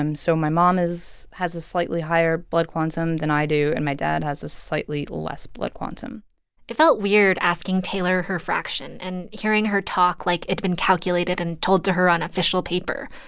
um so my mom is has a slightly higher blood quantum than i do, and my dad has a slightly less blood quantum it felt weird asking taylor her fraction and hearing her talk like it'd been calculated and told to her on official paper,